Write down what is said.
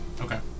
Okay